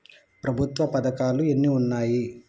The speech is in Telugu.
ప్రభుత్వ పథకాలు ఎన్ని ఉన్నాయి?